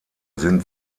sind